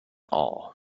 all